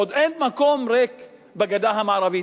עוד אין מקום ריק בגדה המערבית.